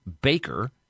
baker